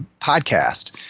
podcast